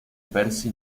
percy